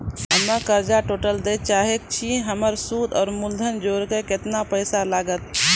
हम्मे कर्जा टोटल दे ला चाहे छी हमर सुद और मूलधन जोर के केतना पैसा लागत?